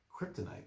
kryptonite